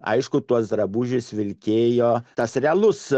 aišku tuos drabužius vilkėjo tas realus